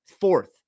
fourth